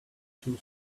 two